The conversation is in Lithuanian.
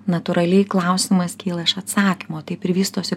natūraliai klausimas kyla iš atsakymo taip ir vystosi